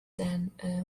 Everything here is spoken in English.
then